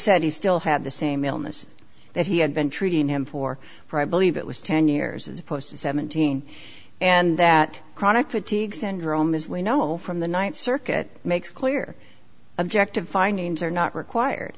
said he still had the same illness that he had been treating him for for i believe it was ten years as opposed to seventeen and that chronic fatigue syndrome as we know from the th circuit makes clear objective findings are not required